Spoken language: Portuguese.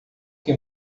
que